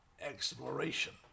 exploration